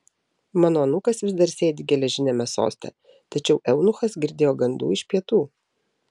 mano anūkas vis dar sėdi geležiniame soste tačiau eunuchas girdėjo gandų iš pietų